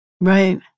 Right